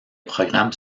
programmes